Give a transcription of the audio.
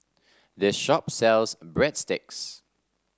this shop sells Breadsticks